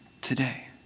today